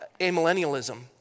amillennialism